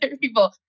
people